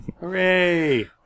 hooray